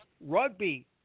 rugby